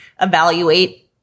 evaluate